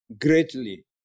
greatly